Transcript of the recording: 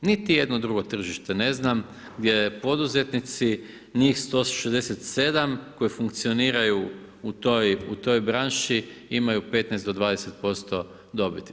Niti jedno drugo tržište ne znam gdje poduzetnici, njih 167 koji funkcioniraju u toj branši imaju 15 do 20% dobiti.